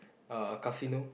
uh casino